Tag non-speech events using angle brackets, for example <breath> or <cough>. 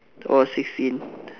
oh sixteen <breath>